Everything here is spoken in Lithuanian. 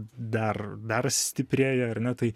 dar dar stiprėja ar ne tai